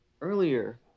earlier